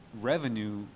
revenue